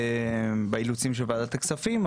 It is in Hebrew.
באילוצים של ועדת הכספים,